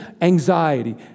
anxiety